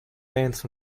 pants